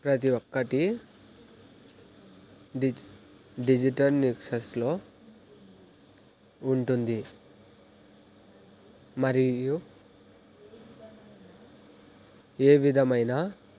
ప్రతి ఒక్కటి డిజ్ డిజిటల్ నెక్సస్లో ఉంటుంది మరియు ఏ విధమైన